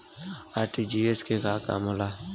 RTGS के का काम होला?